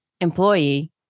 employee